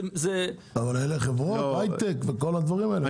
אבל אלה חברות הייטק וכל הדברים האלה.